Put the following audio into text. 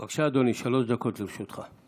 בבקשה, אדוני, שלוש דקות לרשותך.